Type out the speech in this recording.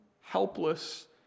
helpless